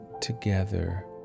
together